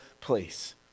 place